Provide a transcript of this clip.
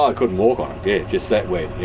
ah couldn't walk on it, just that wet.